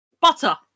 Butter